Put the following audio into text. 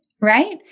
Right